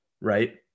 Right